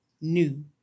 new